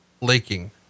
leaking